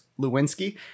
Lewinsky